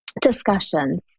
discussions